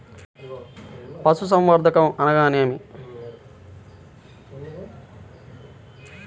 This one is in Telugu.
పశుసంవర్ధకం అనగా ఏమి?